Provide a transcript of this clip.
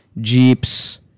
Jeeps